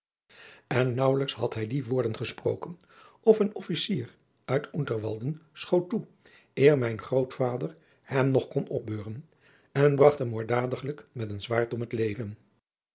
en naauwelijks had hij die woorden gesproken of een officier uit unterwalden schoot toe eer mijn grootvader hem nog kon opbeuren en bragt hem moorddadiglijk met een zwaard om het leven